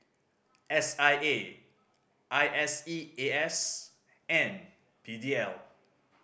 S I A I S E A S and P D L